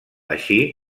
així